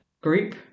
group